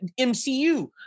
MCU